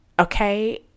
Okay